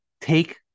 Take